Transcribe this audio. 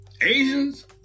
Asians